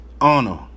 Honor